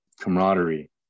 camaraderie